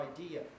idea